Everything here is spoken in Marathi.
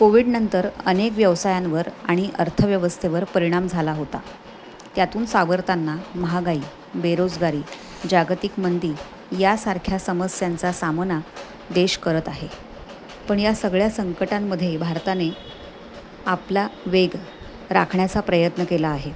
कोविडनंतर अनेक व्यवसायांवर आणि अर्थव्यवस्थेवर परिणाम झाला होता त्यातून सावरताना महागाई बेरोजगारी जागतिक मंदी यासारख्या समस्यांचा सामना देश करत आहे पण या सगळ्या संकटांमध्ये भारताने आपला वेग राखण्याचा प्रयत्न केला आहे